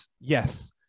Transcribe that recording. yes